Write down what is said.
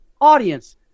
audience